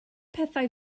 pethau